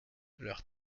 leurs